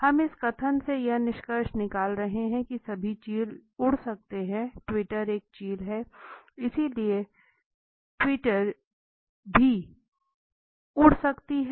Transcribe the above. हम इस कथन से यह निष्कर्ष निकाल रहे हैं कि सभी चील उड़ सकते हैं ट्वीटी एक चील है इसलिए ट्वीटी भी उड़ सकती है